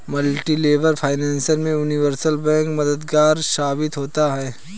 multilevel finance में universal bank मददगार साबित होता है